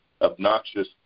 obnoxious